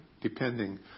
depending